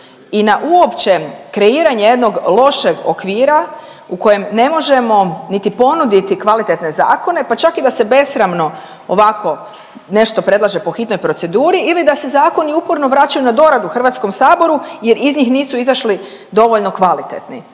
i na uopće kreiranje jednog lošeg okvira u kojem ne možemo niti ponuditi kvalitetne zakone pa čak i da se besramno ovako nešto predlaže po hitnoj proceduri ili da se zakoni uporno vraćaju na doradu u HS-u jer iz njih nisu izašli dovoljno kvalitetni.